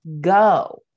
go